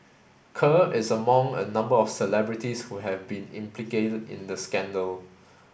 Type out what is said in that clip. kerr is among a number of celebrities who have been implicated in the scandal